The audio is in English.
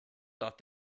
thought